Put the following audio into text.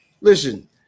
Listen